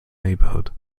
neighborhood